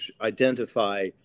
identify